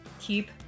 keep